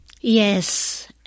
Yes